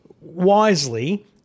wisely